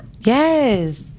Yes